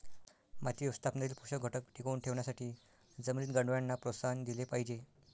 माती व्यवस्थापनातील पोषक घटक टिकवून ठेवण्यासाठी जमिनीत गांडुळांना प्रोत्साहन दिले पाहिजे